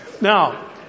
Now